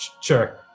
Sure